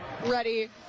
Ready